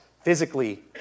physically